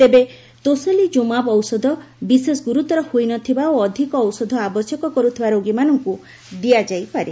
ତେବେ ତୋସିଲିଜୁମାବ ଔଷଧ ବିଶେଷ ଗୁରୁତର ହୋଇନଥିବା ଓ ଅଧିକ ଔଷଧ ଆବଶ୍ୟକ କରୁଥିବା ରୋଗୀମାନଙ୍କୁ ଦିଆଯାଇପାରେ